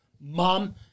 mom